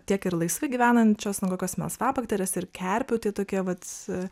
tiek ir laisvai gyvenančios nu kokios melsvabakterės ir kerpių tie tokie vat